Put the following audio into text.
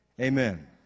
Amen